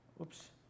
Oops